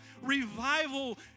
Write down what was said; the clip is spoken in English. Revival